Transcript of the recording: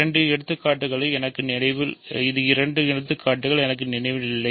இது இரண்டு எடுத்துக்காட்டுகள் எனக்கு நினைவில் இல்லை